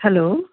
hello